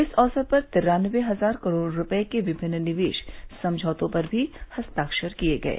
इस अवसर पर तिरान्नबे हजार करोड़ रूपये के विभिन्न निवेश समझौतों पर भी हस्ताक्षर किये गये